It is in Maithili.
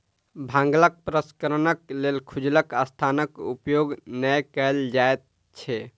भांगक प्रसंस्करणक लेल खुजल स्थानक उपयोग नै कयल जाइत छै